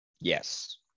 Yes